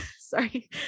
sorry